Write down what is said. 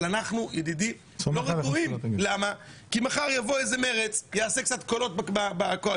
אבל אנחנו לא רגועים כי מחר יבוא איזה מרצ ויעשה קצת קולות בקואליציה,